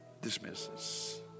dismisses